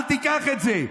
אל תיקח את זה.